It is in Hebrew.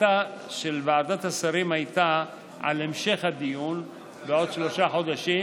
החלטה של ועדת השרים הייתה על המשך הדיון בעוד שלושה חודשים,